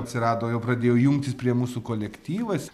atsirado jau pradėjo jungtis prie mūsų kolektyvas